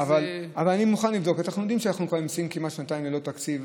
אנחנו יודעים שאנחנו נמצאים כמעט שנתיים ללא תקציב.